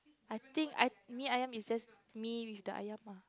I think I mee-ayam is just Mee with the Ayam lah